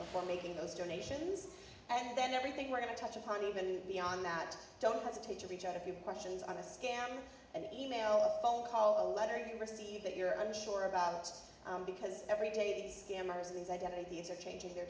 before making those donations and then everything we're going to touch upon even beyond that don't hesitate to reach out a few questions on a scam and email phone call or a letter you receive that you're unsure about because every day scammers these identities are changing their